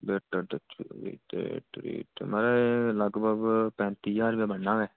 waiter चौह्बी ते त्रीह् मतलब लगभग पैंती ज्हार रपेआ बनना ऐ